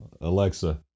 Alexa